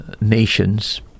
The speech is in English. nations